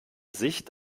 sicht